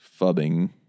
Fubbing